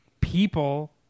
people